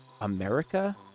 america